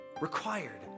required